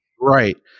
Right